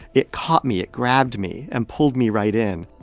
it caught me. it grabbed me and pulled me right in